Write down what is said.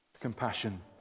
compassion